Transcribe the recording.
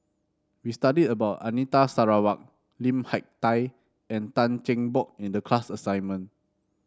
we studied about Anita Sarawak Lim Hak Tai and Tan Cheng Bock in the class assignment